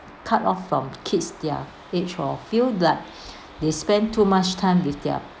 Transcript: cut off from kids their age or feel that they spend too much time with their